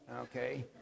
okay